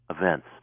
events